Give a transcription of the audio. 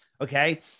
Okay